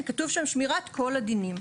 כתוב שם: שמירת כל הדינים.